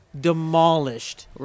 demolished